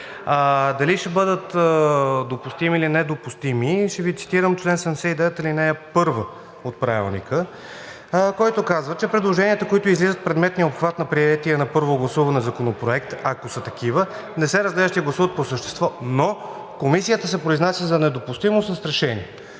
Дали ще бъдат допустими, или недопустими, ще Ви цитирам чл. 79, ал. 1 от Правилника, който казва: „Предложенията, които излизат в предметния обхват на приетия на първо гласуване законопроект, ако са такива, не се разглеждат и гласуват по същество, но Комисията се произнася за недопустимост с решение.“